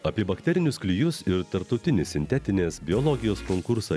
apie bakterinius klijus ir tarptautinį sintetinės biologijos konkursą